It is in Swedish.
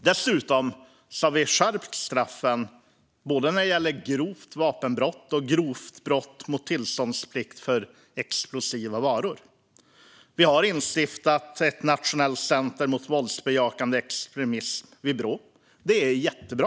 Dessutom har vi skärpt straffen för både grovt vapenbrott och grovt brott mot tillståndsplikten för explosiva varor. Det har instiftats ett nationellt center mot våldsbejakande extremism vid Brå. Det är jättebra.